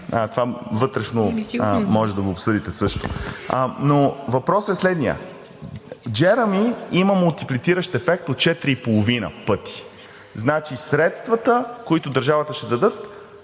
това вътрешно може да го обсъдите също. Но въпросът е следният: JEREMIE има мултиплициращ ефект от 4,5 пъти. Значи средствата, които държавата ще даде,